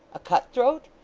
a cut-throat?